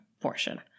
portion